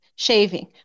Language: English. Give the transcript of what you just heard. shaving